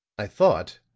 i thought,